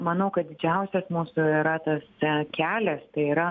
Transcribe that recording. manau kad didžiausias mūsų yra tas kelias tai yra